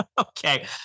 Okay